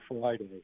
Friday